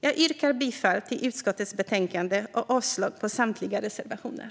Jag yrkar bifall till utskottets förslag och avslag på samtliga reservationer.